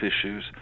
issues